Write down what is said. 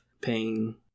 paying